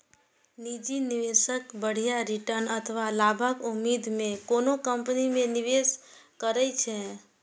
निजी निवेशक बढ़िया रिटर्न अथवा लाभक उम्मीद मे कोनो कंपनी मे निवेश करै छै